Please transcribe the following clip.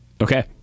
Okay